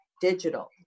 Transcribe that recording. digital